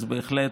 אז בהחלט